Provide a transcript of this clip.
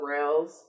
rails